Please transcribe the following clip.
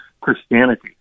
Christianity